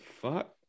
fuck